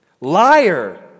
Liar